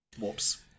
whoops